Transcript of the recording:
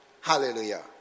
Hallelujah